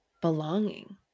belonging